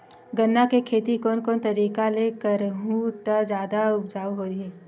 गन्ना के खेती कोन कोन तरीका ले करहु त जादा उपजाऊ होही?